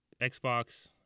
Xbox